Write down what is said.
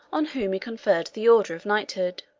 on whom he conferred the order of knighthood.